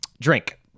drink